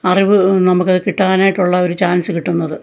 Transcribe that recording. അറിവ് നമുക്ക് കിട്ടാനായിട്ട് ഉള്ള ഒരു ചാൻസ് കിട്ടുന്നത്